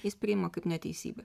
jis priima kaip neteisybę